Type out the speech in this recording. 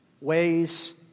ways